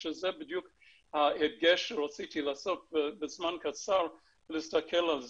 שזה בדיוק ההדגש שרציתי לעשות בזמן קצר ולהסתכל על זה.